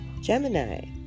Gemini